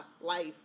life